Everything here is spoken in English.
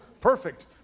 perfect